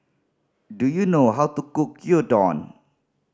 do you know how to cook Gyudon